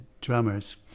drummers